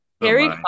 Harry